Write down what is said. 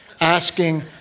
Asking